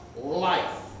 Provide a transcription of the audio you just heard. life